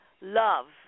love